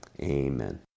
Amen